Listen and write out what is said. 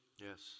yes